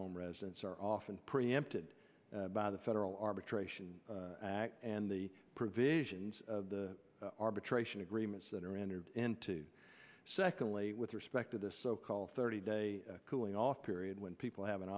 home residents are often preempted by the federal arbitration and the provisions of the arbitration agreements that are entered into secondly with respect to this so called thirty day cooling off period when people have an